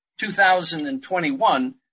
2021